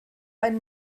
ein